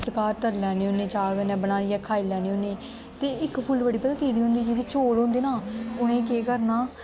अस घर तली लैने होन्ने चाह् कन्नै बनाइयै खाई लैन्ने होन्ने ते इक फुल्लबड़ी पता केह्ड़ी होंदी जेह्ड़े चौल होंदे ना उ'नें गी केह् करना